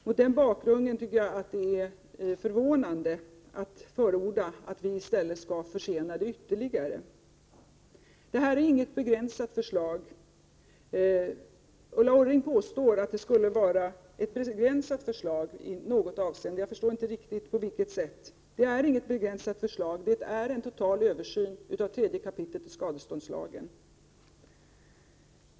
Mot denna bakgrund tycker jag att det är förvånande att det förordas att vi i stället skall försena detta ytterligare. Detta är inget begränsat förslag. Ulla Orring påstår att det skulle vara ett begränsat förslag i något avseende, jag förstår inte riktigt på vilket sätt. Det är inget begränsat förslag, utan förslaget innebär en total översyn av 3 kap. skadeståndslagen.